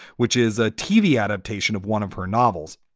which is a tv adaptation of one of her novels.